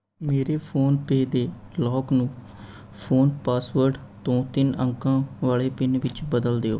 ਮੇਰੇ ਫ਼ੋਨਪੇਅ ਦੇ ਲੌਕ ਨੂੰ ਫ਼ੋਨ ਪਾਸਵਰਡ ਤੋਂ ਤਿੰਨ ਅੰਕਾਂ ਵਾਲ਼ੇ ਪਿੰਨ ਵਿੱਚ ਬਦਲ ਦਿਓ